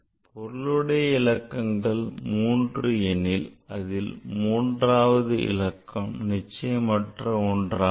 பொருளுடைய இலக்கங்கள் 3 எனில் இதில் மூன்றாவது இலக்கம் நிச்சயமற்ற ஒன்றாகும்